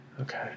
Okay